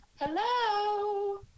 Hello